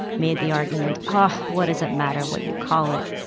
made the argument, ah what does it matter what you call it?